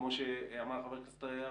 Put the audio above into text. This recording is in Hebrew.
כמו שאמר חבר הכנסת ארבל,